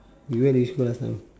you went which class now